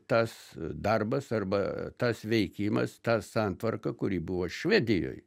tas darbas arba tas veikimas ta santvarka kuri buvo švedijoj